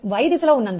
dl ddtB